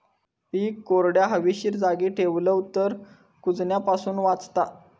पीक कोरड्या, हवेशीर जागी ठेवलव तर कुजण्यापासून वाचता